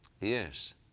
Yes